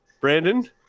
Brandon